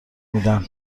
میدن